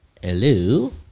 Hello